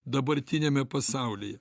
dabartiniame pasaulyje